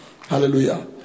Hallelujah